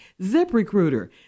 ZipRecruiter